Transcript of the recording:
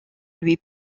lui